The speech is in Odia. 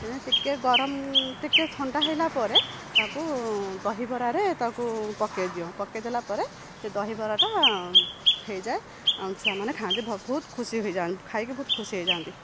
ଟିକେ ଗରମ ଟିକେ ଥଣ୍ଡା ହେଲା ପରେ ତାକୁ ଦହିବରାରେ ତାକୁ ପକାଇ ଦଉ ପକାଇ ଦେଲା ପରେ ସେ ଦହିବରାଟା ହେଇଯାଏ ଆଉ ଛୁଆମାନେ ଖାଆନ୍ତି ବହୁତ ଖୁସି ହେଇଯାଆନ୍ତି ଖାଇକି ବହୁତ ଖୁସି ହେଇଯାଆନ୍ତି